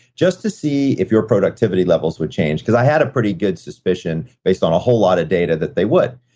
just to see if your productivity levels would change. because i had a pretty good suspicion based on a whole lot of data that they would.